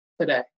today